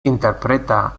interpreta